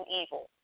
evil